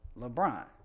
LeBron